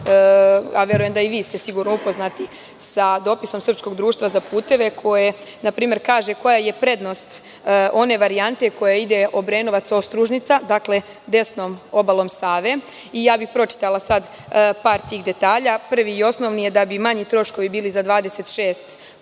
a verujem da ste i vi sigurno upoznati sa dopisom Srpskog društva za puteve koje na primer kaže koja je prednost one varijante koja ide Obrenovac-Ostružnica, dakle, desnom obalom Save. Pročitala bih par tih detalja. Prvi i osnovni je da bi manji troškovi bili za 26%,